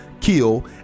kill